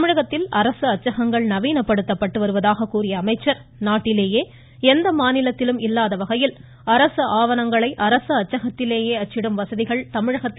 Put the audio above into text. தமிழகத்தில் அரசு அச்சகங்கள் நவீனப்படுத்தப்பட்டு வருவதாக கூறிய அவர் நாட்டிலேயே எந்த மாநிலத்திலும் இல்லாத வகையில் அரசு ஆவணங்களை அரசு அச்சகத்திலேயே அச்சிடும் வசதிகள் தமிழகத்தில் தான் உள்ளது என்றார்